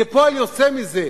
כפועל יוצא מזה,